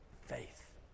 faith